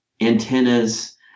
antennas